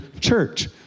church